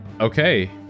okay